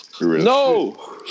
No